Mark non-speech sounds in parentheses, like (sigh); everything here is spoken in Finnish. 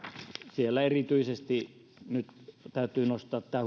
siellä erityisesti täytyy nyt nostaa tämä (unintelligible)